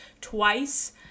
twice